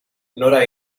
nora